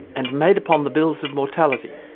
and made upon the bills of mortality,